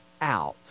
out